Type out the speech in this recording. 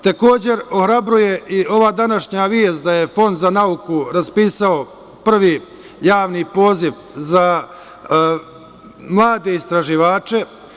Takođe, ohrabruje i ova današnja vest da je Fond za nauku raspisao prvi javni poziv za mlade istraživače.